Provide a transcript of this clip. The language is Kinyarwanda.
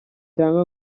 cyangwa